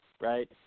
right